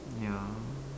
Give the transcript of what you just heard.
ya